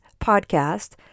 podcast